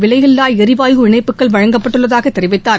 விலையில்லா எரிவாயு இணைப்புகள் வழங்கப்பட்டுள்ளதாக தெரிவித்தார்